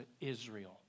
Israel